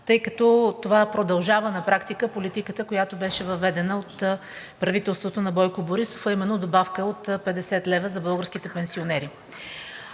тъй като това продължава на практика политиката, която беше въведена от правителството на Бойко Борисов, а именно добавка от 50 лв. за българските пенсионери.